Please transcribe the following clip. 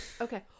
okay